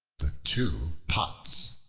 the two pots